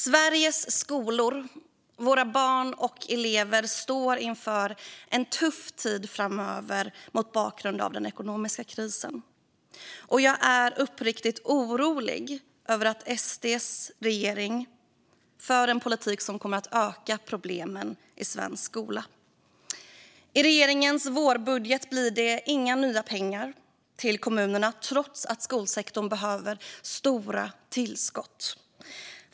Sveriges skolor och våra barn och elever står inför en tuff tid framöver mot bakgrund av den ekonomiska krisen. Jag är uppriktigt orolig över att SD:s regering för en politik som kommer att öka problemen i svensk skola. I regeringens vårbudget blir det inga nya pengar till kommunerna, trots att skolsektorn behöver stora tillskott.